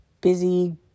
busy